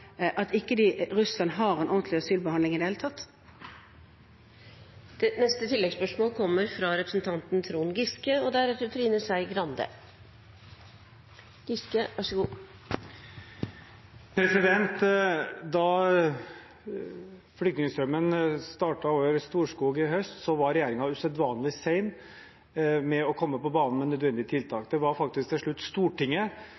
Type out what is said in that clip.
at Russland ikke har en ordentlig asylbehandling i det hele tatt? Trond Giske – til oppfølgingsspørsmål. Da flyktningstrømmen startet over Storskog i høst, var regjeringen usedvanlig sen med å komme på banen med nødvendige